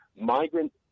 migrant